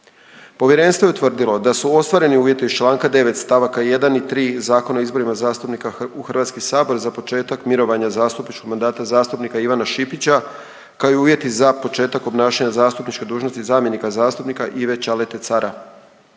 Povjerenstvo je utvrdilo da su ostvareni uvjeti iz čl. 9 st. 1 i 3 Zakona o izborima zastupnika u Hrvatski sabor za početak mirovanja zastupničkog mandata zastupnika Ivana Šipića kao i uvjeti za početak obnašanja zastupničke dužnosti zamjenika zastupnika Ive Čalete Cara.